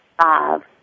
five